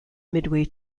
midway